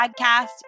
podcast